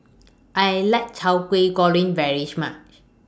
I like Teow Kway Goreng very She much